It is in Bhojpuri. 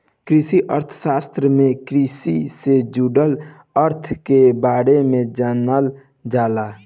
कृषि अर्थशास्त्र में कृषि से जुड़ल अर्थ के बारे में जानल जाला